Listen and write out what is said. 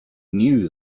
knew